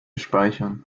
speichern